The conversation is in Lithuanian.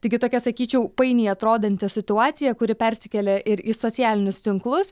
taigi tokia sakyčiau painiai atrodanti situacija kuri persikėlė ir į socialinius tinklus